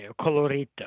colorito